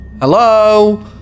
Hello